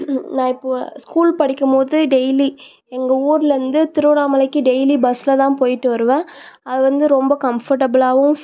நான் இப்போ ஸ்கூல் படிக்கும் போது டெய்லி எங்கள் ஊர்லேருந்து திருவண்ணாமலைக்கு டெய்லி பஸ்ஸில் தான் போய்விட்டு வருவேன் அது வந்து ரொம்ப கம்ஃபோட்டபிள்லாகவும்